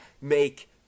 make